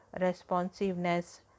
responsiveness